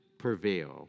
Prevail